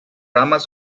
ramas